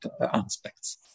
aspects